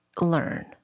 learn